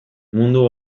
mundu